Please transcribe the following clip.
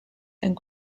and